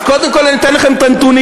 אז קודם כול אתן לכם את הנתונים.